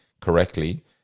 correctly